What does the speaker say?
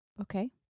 Okay